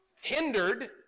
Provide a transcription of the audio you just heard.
hindered